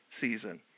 season